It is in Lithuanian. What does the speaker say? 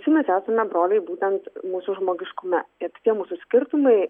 visi mes esame broliai būtent mūsų žmogiškume ir tie mūsų skirtumai